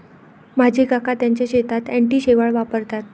माझे काका त्यांच्या शेतात अँटी शेवाळ वापरतात